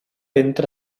entra